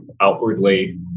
outwardly